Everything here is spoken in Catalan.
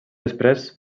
després